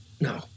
no